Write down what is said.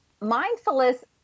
mindfulness